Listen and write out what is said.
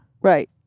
right